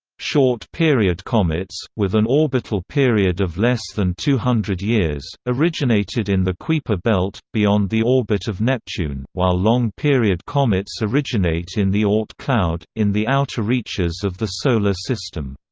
short-period comets, with an orbital period of less than two hundred years, originated in the kuiper belt, beyond the orbit of neptune while long-period comets originate in the ah oort cloud, in the outer reaches of the solar system.